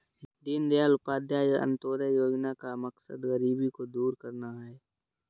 दीनदयाल उपाध्याय अंत्योदय योजना का मकसद गरीबी को दूर करना है